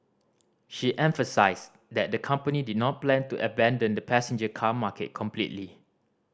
she emphasised that the company did not plan to abandon the passenger car market completely